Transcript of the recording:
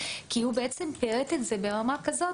כי הוא בעצם פירט את זה ברמה כזאת,